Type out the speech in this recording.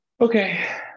Okay